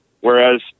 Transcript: Whereas